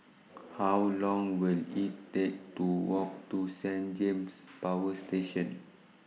How Long Will IT Take to Walk to Saint James Power Station